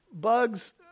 Bugs